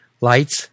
Lights